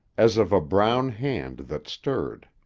as of a brown hand that stirred.